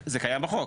זה קיים בחוק.